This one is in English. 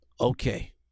Okay